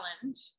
challenge